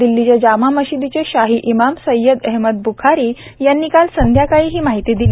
दिल्लीच्या जामा मशिदीचे शाही इमाम सय्यद अहमद ब्खारी यांनी काल सायंकाळी ही माहिती दिली